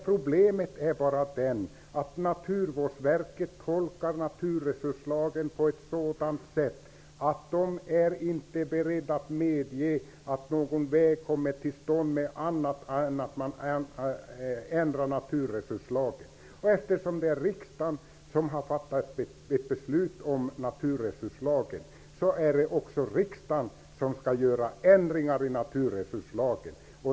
Problemet är bara att Naturvårdsverket tolkar naturresurslagen på ett sådant sätt att man inte är beredd att medge att någon väg kommer till stånd annat än genom att naturresurslagen ändras. Eftersom det är riksdagen som har fattat beslut om naturresurslagen är det också riksdagen som skall göra ändringar i den.